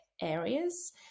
areas